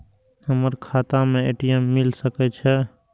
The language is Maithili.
हमर खाता में ए.टी.एम मिल सके छै?